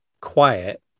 quiet